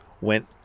went